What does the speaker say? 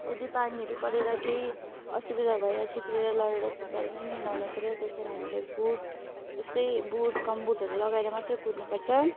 यदि पानीहरू परेर केही असुविधा भएर चिप्लेर लडेर खुट्टाहरू पनि लड्न सिधै त्यस कारण हामीले बुट यस्तै बुट गम्बुटहरू लगाएर मात्रै कुद्नुपर्छ